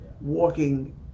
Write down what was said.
walking